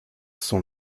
sont